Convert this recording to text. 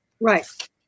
Right